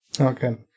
Okay